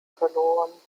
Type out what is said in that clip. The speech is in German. verloren